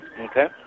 Okay